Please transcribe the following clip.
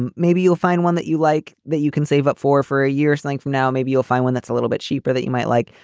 and maybe you'll find one that you like that you can save up for for a year's length. now maybe you'll find one that's a little bit cheaper that you might like.